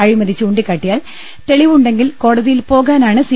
അഴിമതി ചൂണ്ടിക്കാട്ടിയാൽ തെളിവുണ്ടെങ്കിൽ കോട തിയിൽപോകാനാണ് സി